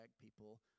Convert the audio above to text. people